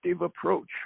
approach